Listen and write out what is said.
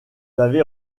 avez